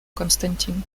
константин